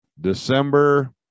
December